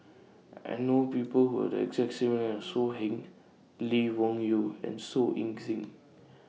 I know People Who Have The exact same name as So Heng Lee Wung Yew and Su Ing Sing